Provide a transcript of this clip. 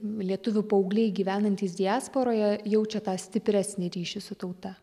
lietuvių paaugliai gyvenantys diasporoje jaučia tą stipresnį ryšį su tauta